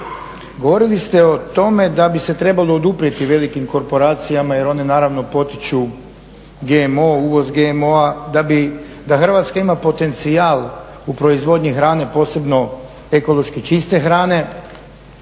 Govorili ste o tome da bi se trebalo oduprijeti velikim korporacijama jer one naravno potiču GMO, uvoz GMO-a da Hrvatska ima potencijal u proizvodnji hrane posebno ekološki čiste hrane.